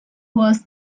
was